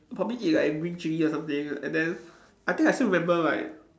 probably eat like green chili or something and then I think I still remember like